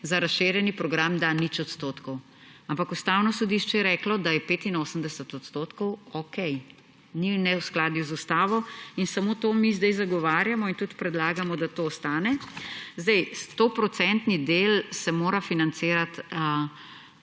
za razširjeni program da 0 %. Ampak Ustavno sodišče je deklo, da je 85 % okej. Ni v neskladju z ustavo. In samo to mi sedaj zagovarjamo in tudi predlagamo, da to ostane. 100 % del se mora financirati